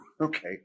Okay